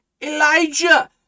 elijah